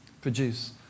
produce